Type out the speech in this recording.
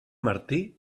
martí